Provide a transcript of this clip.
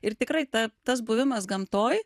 ir tikrai ta tas buvimas gamtoj